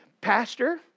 Pastor